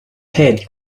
head